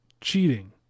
cheating